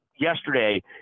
yesterday